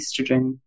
estrogen